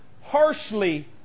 harshly